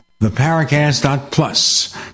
theparacast.plus